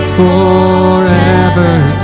forever